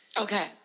okay